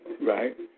Right